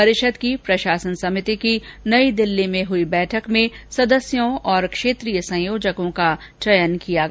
परिषद की प्रशासन समिति की नई दिल्ली में हुई बैठक में सदस्यों और क्षेत्रीय संयोजकों का चयन किया गया